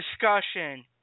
discussion